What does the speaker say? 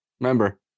remember